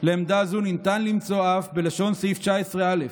לעמדה זו ניתן למצוא אף בלשון סעיף 19(א)